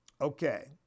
Okay